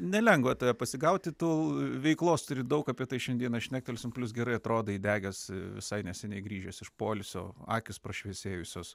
nelengva tave pasigauti tu veiklos turi daug apie tai šiandieną šnektelsim plius gerai atrodai įdegęs visai neseniai grįžęs iš poilsio akys prašviesėjusios